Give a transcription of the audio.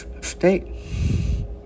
State